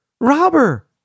Robber